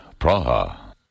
Praha